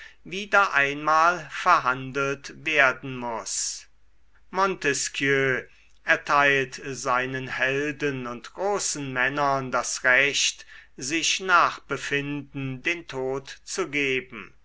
wieder einmal verhandelt werden muß montesquieu erteilt seinen helden und großen männern das recht sich nach befinden den tod zu geben